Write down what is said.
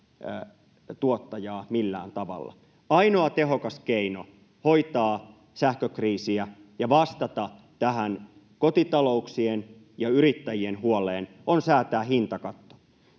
tuottajaa millään tavalla. Ainoa tehokas keino hoitaa sähkökriisiä ja vastata tähän kotitalouksien ja yrittäjien huoleen on säätää hintakatto